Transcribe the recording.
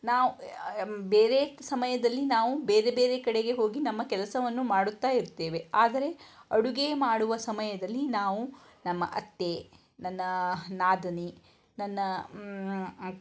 ನಾವು ಬೇರೆ ಸಮಯದಲ್ಲಿ ನಾವು ಬೇರೆ ಬೇರೆ ಕಡೆಗೆ ಹೋಗಿ ನಮ್ಮ ಕೆಲಸವನ್ನು ಮಾಡುತ್ತಾ ಇರ್ತೇವೆ ಆದರೆ ಅಡುಗೆ ಮಾಡುವ ಸಮಯದಲ್ಲಿ ನಾವು ನಮ್ಮ ಅತ್ತೆ ನನ್ನ ನಾದಿನಿ ನನ್ನ